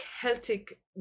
Celtic